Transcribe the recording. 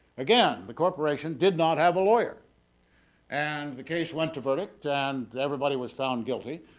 again the corporation did not have a lawyer and the case went to verdict and everybody was found guilty,